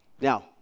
Now